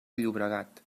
llobregat